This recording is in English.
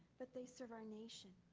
but they serve our nation.